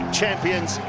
champions